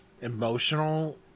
emotional